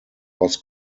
was